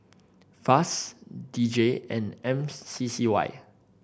FAS D J and M C C Y